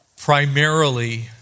primarily